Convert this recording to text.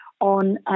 on